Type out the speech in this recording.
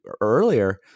earlier